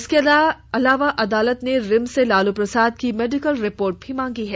इसके अलावा अदालत ने रिम्स से लालू प्रसाद की मेडिकल रिपोर्ट भी मांगी है